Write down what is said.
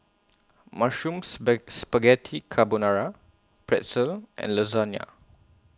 Mushroom Spaghetti Carbonara Pretzel and Lasagna